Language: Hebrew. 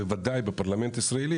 בוודאי בפרלמנט ישראלי,